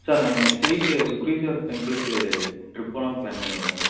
sir நாங்கள் next week Sukreeswarar டெம்பிளுக்கு trip போகலான்னு ப்ளான் பண்ணியிருக்கோம்